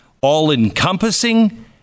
all-encompassing